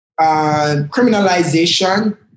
criminalization